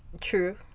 True